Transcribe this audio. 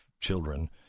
children